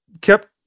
kept